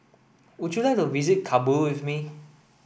would you like to visit Kabul with me